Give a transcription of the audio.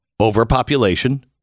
overpopulation